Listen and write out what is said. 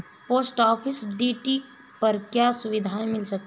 Post office TD पर क्या सुविधाएँ मिल सकती है?